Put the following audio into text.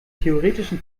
theoretischen